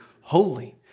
holy